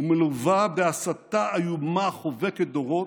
ומלווה בהסתה איומה חובקת דורות,